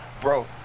bro